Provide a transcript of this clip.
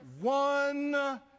one